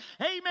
amen